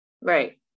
Right